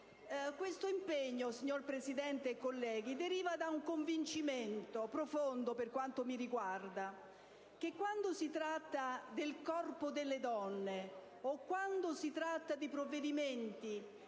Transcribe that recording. Questo impegno, signor Presidente e colleghi, deriva da un convincimento profondo, per quanto mi riguarda. Quando si tratta del corpo delle donne, o quando si tratta di provvedimenti